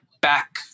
back